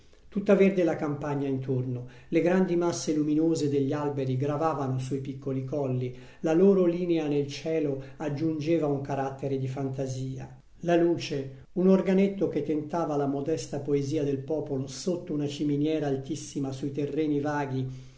tutta verde la campagna intorno le grandi masse fumose degli alberi gravavano sui piccoli colli la loro linea nel cielo aggiungeva un carattere di fantasia la luce un organetto che tentava la modesta poesia del popolo sotto una ciminiera altissima sui terreni vaghi